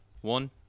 one